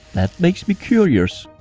that makes me curious.